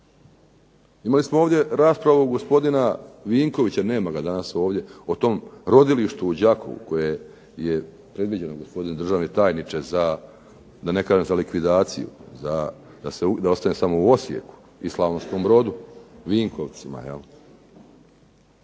Imali smo ovdje raspravu gospodina Vinkovića, nema ga danas ovdje, o tom rodilištu u Đakovu koje je predviđeno, gospodine državni tajniče, za, da ne kažem, za likvidaciju, da ostane samo u Osijeku i Slavonskom Brodu, Vinkovcima